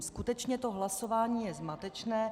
Skutečně to hlasování je zmatečné.